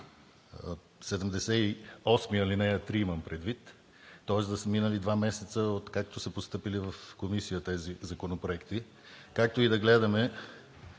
78, ал. 3, тоест да са минали два месеца, откакто са постъпили в комисия тези законопроекти. Както и да гледаме